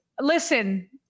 Listen